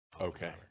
Okay